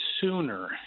sooner